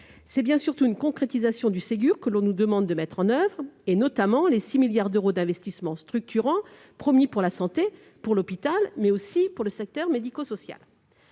s'agit bien d'une concrétisation du Ségur que l'on nous demande de mettre en oeuvre, concernant, notamment, les 6 milliards d'euros d'investissements structurants promis pour la santé, pour l'hôpital, mais aussi pour le secteur médico-social.